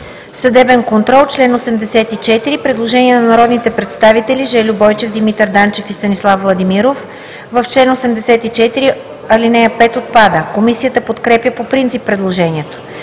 Съдебен контрол“. Предложение на народните представители Жельо Бойчев, Димитър Данчев и Станислав Владимиров – в чл. 106 ал. 4 отпада. Комисията подкрепя по принцип предложението.